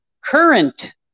current